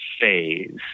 phase